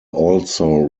also